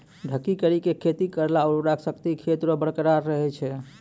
ढकी करी के खेती करला उर्वरा शक्ति खेत रो बरकरार रहे छै